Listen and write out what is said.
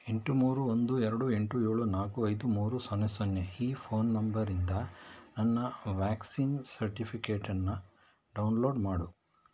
ಎಂಟು ಮೂರು ಒಂದು ಎರಡು ಎಂಟು ಏಳು ನಾಲ್ಕು ಐದು ಮೂರು ಸೊನ್ನೆ ಸೊನ್ನೆ ಈ ಫೋನ್ ನಂಬರಿಂದ ನನ್ನ ವ್ಯಾಕ್ಸಿನ್ ಸರ್ಟಿಫಿಕೇಟನ್ನು ಡೌನ್ಲೋಡ್ ಮಾಡು